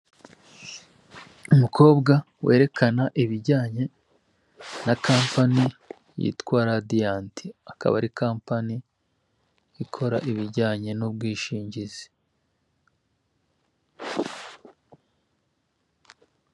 Umukobwa werekana ibijyanye na kompani yitwa radiyanti akaba ari compani ikora ibijyanye n'ubwishingizi.